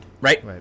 Right